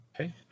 Okay